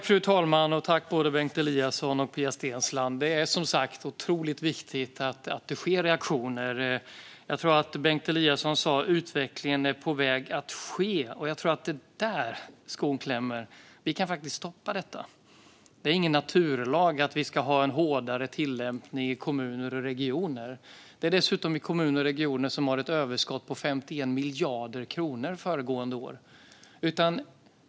Fru talman! Det är som sagt otroligt viktigt att det kommer reaktioner. Jag tror att Bengt Eliasson sa att utvecklingen är på väg att ske, och jag tror att det är där skon klämmer. Vi kan faktiskt stoppa detta. Det är ingen naturlag att vi ska ha en hårdare tillämpning i kommuner och regioner, som dessutom hade ett överskott på 51 miljarder kronor föregående år.